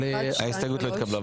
ההסתייגות לא התקבלה.